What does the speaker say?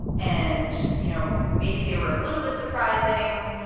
and, you know, maybe they were a little bit surprising.